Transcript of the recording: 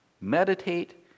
meditate